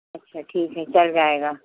अच्छा ठीक है चल जाएगा